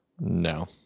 no